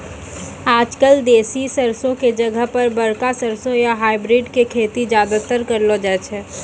आजकल देसी सरसों के जगह पर बड़का सरसों या हाइब्रिड के खेती ज्यादातर करलो जाय छै